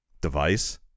device